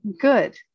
Good